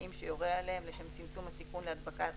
בתנאים שיורה עליהם לשם צמצום הסיכון להדבקות